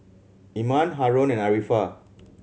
Iman Haron and Arifa